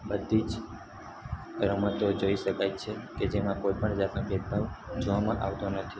બધી જ રમતો જોઈ શકાય છે કે જેમાં કોઈપણ જાતનો ભેદભાવ જોવામાં આવતો નથી